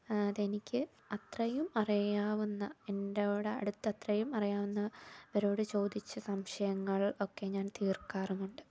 അതെനിക്ക് അത്രയും അറിയാവുന്ന എന്നോട് അത്രയും അറിയാവുന്ന അവരോട് ചോദിച്ച് സംശയങ്ങൾ ഒക്കെ ഞാൻ തീർക്കാറുമുണ്ട്